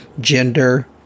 gender